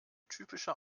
typische